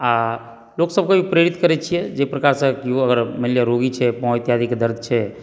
आ लोकसभकेॅं भी प्रेरित करै छियै जाहि प्रकारसँ मानि लिअ केओ अगर रोगी छै पाव इत्यादिके दर्द छै